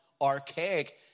archaic